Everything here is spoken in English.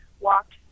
walked